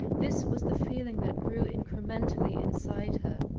this was the feeling that grew incrementally inside her.